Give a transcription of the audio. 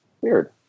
Weird